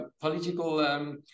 political